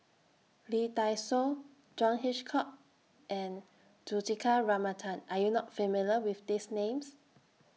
Lee Dai Soh John Hitchcock and Juthika Ramanathan Are YOU not familiar with These Names